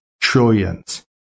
trillions